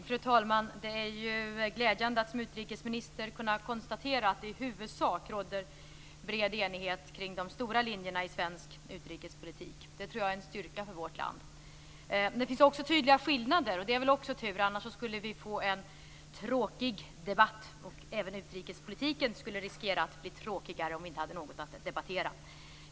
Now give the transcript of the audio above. Fru talman! Det är glädjande att som utrikesminister kunna konstatera att det i huvudsak råder bred enighet kring de stora linjerna i svensk utrikespolitik. Det tror jag är en styrka för vårt land. Det finns också tydliga skillnader, och det är också tur. Annars skulle vi få en tråkig debatt, och även utrikespolitiken skulle riskera att bli tråkigare om vi inte hade något att debattera.